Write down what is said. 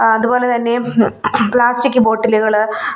അതുപോലെ തന്നെ പ്ലാസ്റ്റിക് ബോട്ടിലുകള്